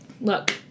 Look